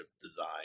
design